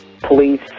police